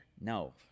No